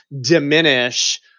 diminish